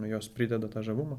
jos prideda tą žavumą